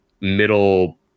middle